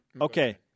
Okay